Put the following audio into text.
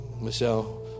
Michelle